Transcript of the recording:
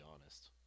honest